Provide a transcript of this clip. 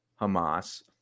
Hamas